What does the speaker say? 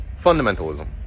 fundamentalism